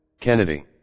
Kennedy